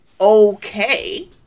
okay